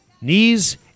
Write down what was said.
knees